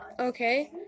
okay